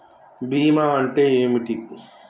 బీమా అంటే ఏమిటి?